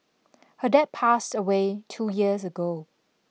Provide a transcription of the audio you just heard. her dad passed away two years ago